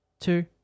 two